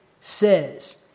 says